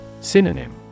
Synonym